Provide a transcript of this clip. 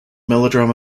melodrama